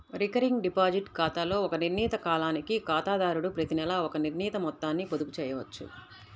recurring deposit ఖాతాలో ఒక నిర్ణీత కాలానికి ఖాతాదారుడు ప్రతినెలా ఒక నిర్ణీత మొత్తాన్ని పొదుపు చేయవచ్చు